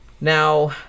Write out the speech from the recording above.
Now